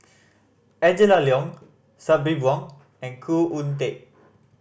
Angela Liong Sabri Buang and Khoo Oon Teik